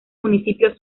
municipio